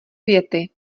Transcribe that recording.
věty